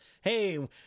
hey